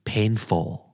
Painful